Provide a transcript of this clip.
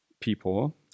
people